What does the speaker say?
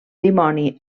dimoni